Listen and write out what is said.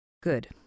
Good